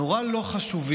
נורא לא חשובים.